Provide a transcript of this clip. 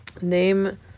Name